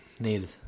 needed